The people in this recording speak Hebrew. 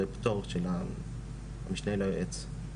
זה פטור של המשנה ליועץ.